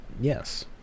Yes